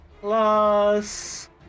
plus